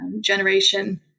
generation